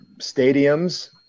stadiums